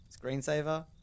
screensaver